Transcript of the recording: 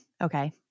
Okay